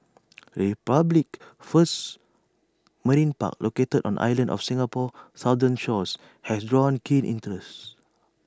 the republic's first marine park located on islands off Singapore's southern shores has run keen interest